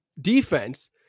defense